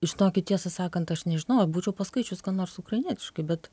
žinokit tiesą sakant aš nežinojau būčiau paskaičius ką nors ukrainietiškai bet